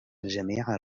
الجميع